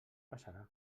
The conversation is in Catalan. passarà